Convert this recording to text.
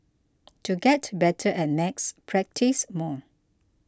to get better at maths practise more